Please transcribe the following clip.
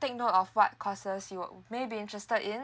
take note of what courses you may be interested in